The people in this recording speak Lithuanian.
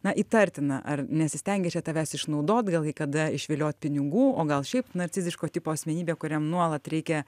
na įtartina ar nesistengia čia tavęs išnaudot gal kai kada išviliot pinigų o gal šiaip narciziško tipo asmenybė kuriam nuolat reikia